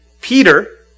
Peter